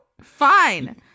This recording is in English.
Fine